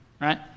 right